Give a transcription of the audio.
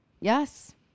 yes